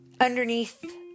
underneath